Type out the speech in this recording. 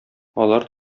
алар